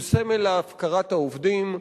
הוא סמל להפקרת העובדים,